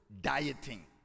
dieting